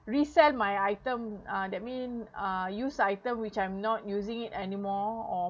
resell my item uh that mean uh used item which I'm not using it anymore or